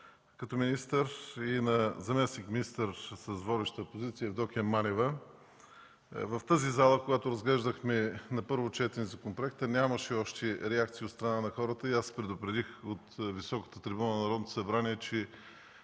като министър и на заместник-министър с водеща позиция Евдокия Манева. В тази зала, когато разглеждахме на първо четене законопроекта, нямаше още реакция от страна на хората, но аз предупредих от високата трибуна на Народното събрание, че